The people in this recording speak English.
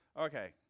Okay